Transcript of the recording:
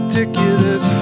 Ridiculous